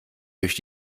durch